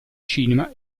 cinema